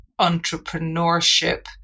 entrepreneurship